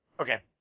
Okay